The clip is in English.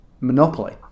monopoly